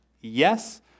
yes